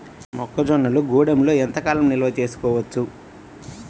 మొక్క జొన్నలు గూడంలో ఎంత కాలం నిల్వ చేసుకోవచ్చు?